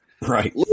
Right